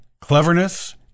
cleverness